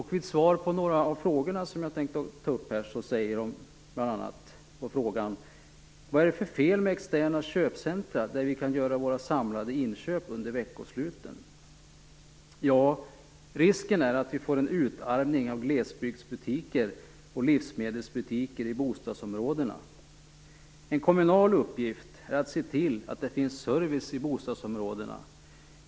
Hon svarar på några av de frågor som jag tänkte ta upp här i dag. Hon säger bl.a. som svar på frågan: "Vad är det för fel med externa köpcentra där vi kan göra våra samlade inköp under veckosluten? - Risken är att vi får en utarmning av glesbygdsbutiker och livsmedelsbutiker i bostadsområdena. En kommunal uppgift är att se till att det finns service i bostadsområdena.